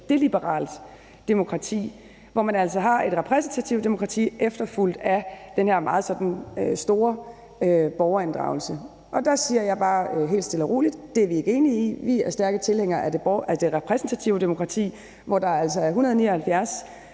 deliberativt demokrati, hvor man altså har et repræsentativt demokrati efterfulgt af den her meget sådan store borgerinddragelse. Der siger jeg bare helt stille og roligt: Det er vi ikke enige i; vi er stærke tilhængere af det repræsentative demokrati, hvor der altså er 179,